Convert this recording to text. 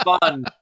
fun